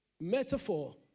metaphor